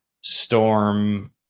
storm